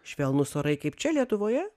švelnūs orai kaip čia lietuvoje